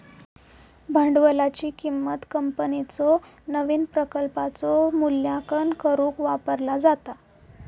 भांडवलाची किंमत कंपनीच्यो नवीन प्रकल्पांचो मूल्यांकन करुक वापरला जाता